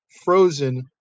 frozen